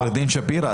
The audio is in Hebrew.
עו"ד שפירא.